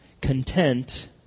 content